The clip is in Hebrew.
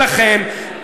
ולכן,